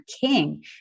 King